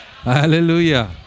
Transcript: Hallelujah